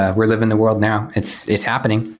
ah we're living the world now. it's it's happening.